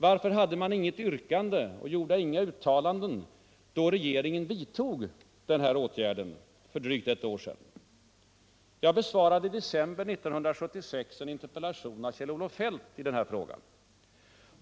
Varför hade man inget yrkande och varför gjorde man inga uttalanden då regeringen vidtog den här åtgärden för drygt ett år sedan? Jag besvarade i december 1976 en interpellation av Kjell-Olof Feldt i den här frågan.